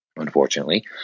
unfortunately